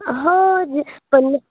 हां जे पण